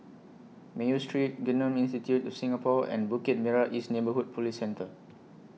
Mayo Street Genome Institute of Singapore and Bukit Merah East Neighbourhood Police Centre